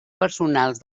personals